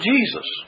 Jesus